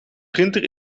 printer